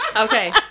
Okay